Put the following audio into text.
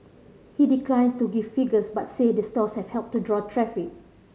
he declines to give figures but say the stores have helped to draw traffic